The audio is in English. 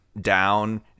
down